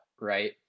right